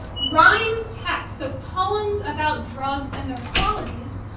rhymed texts, so poems about drugs and their qualities.